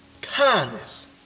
Kindness